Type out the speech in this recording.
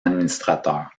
administrateur